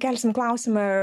kelsim klausimą